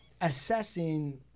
assessing